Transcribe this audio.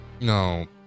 no